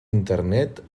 internet